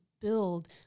build